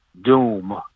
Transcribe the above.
doom